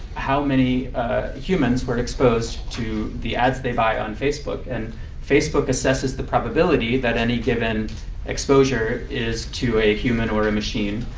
how many humans were exposed to the ads they buy on facebook. and facebook assesses the probability that any given exposure is to a human or a machine.